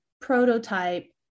prototype